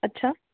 अच्छा